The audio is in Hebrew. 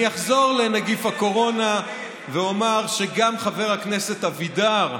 אני אחזור לנגיף הקורונה ואומר שגם חבר הכנסת אבידר,